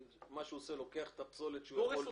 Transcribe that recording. הוא לוקח את הפסולת שהוא יכול לגרוס.